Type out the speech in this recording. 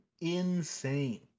insane